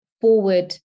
forward